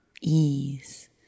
ease